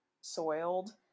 soiled